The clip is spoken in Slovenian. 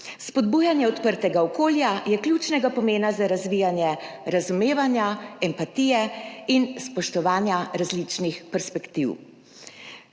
Spodbujanje odprtega okolja je ključnega pomena za razvijanje razumevanja, empatije in spoštovanja različnih perspektiv.